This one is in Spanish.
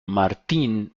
martín